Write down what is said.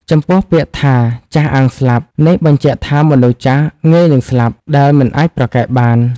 ចំពោះពាក្យថា"ចាស់អាងស្លាប់" នេះបញ្ជាក់ថាមនុស្សចាស់ងាយនិងស្លាប់ដែលមិនអាចប្រកែកបាន។